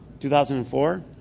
2004